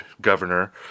governor